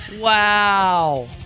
Wow